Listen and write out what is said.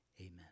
amen